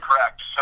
Correct